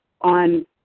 on